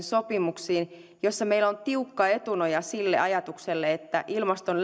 sopimuksiin joissa meillä on tiukka etunoja sille ajatukselle että ilmaston